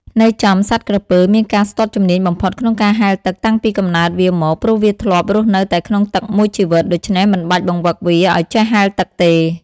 ន័យចំ សត្វក្រពើ មានការស្ទាត់ជំនាញបំផុតក្នុងការហែលទឹកតាំងពីកំណើតវាមក ព្រោះវាធ្លាប់រស់នៅតែក្នុងទឹកមួយជីវិត ដូច្នេះមិនបាច់បង្វឹកវាឲ្យចេះហែលទឹកទេ ។